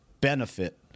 benefit